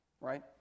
right